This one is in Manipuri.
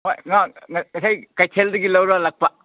ꯍꯣꯏ ꯉꯥ ꯉꯁꯥꯏ ꯀꯩꯊꯦꯜꯗꯒꯤ ꯂꯧꯔꯒ ꯂꯥꯛꯄ